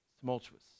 tumultuous